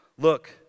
look